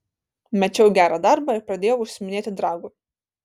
mečiau gerą darbą ir pradėjau užsiiminėti dragu